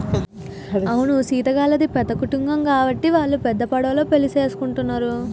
అవును సీత గళ్ళది పెద్ద కుటుంబం గాబట్టి వాల్లు పెద్ద పడవలో పెండ్లి సేసుకుంటున్నరు